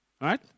right